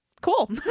Cool